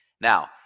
Now